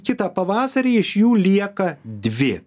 kitą pavasarį iš jų lieka dvi